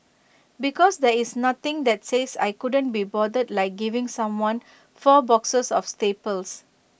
because there is nothing that says I couldn't be bothered like giving someone four boxes of staples